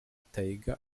tyga